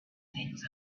things